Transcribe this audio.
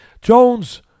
Jones